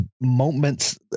moments